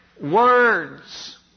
words